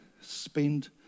spend